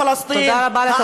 עכשיו פלסטין.") תודה רבה.